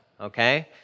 okay